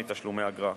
מתשלומי אגרה.